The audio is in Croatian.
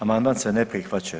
Amandman se ne prihvaća.